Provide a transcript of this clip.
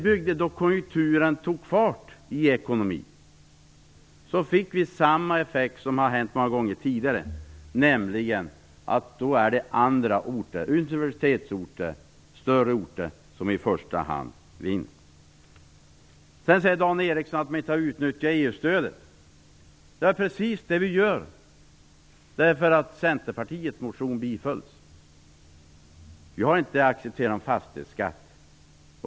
När konjunkturen tog fart i ekonomin fick vi samma effekt som så många gånger tidigare, nämligen att det är universitetsorter och andra större orter som i första hand vinner. Dan Ericsson säger att vi inte har utnyttjat EU stödet. Det är precis det vi gör - Centerpartiets motion bifölls ju. Vi har inte heller accepterat någon fastighetsskatt.